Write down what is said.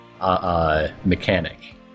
mechanic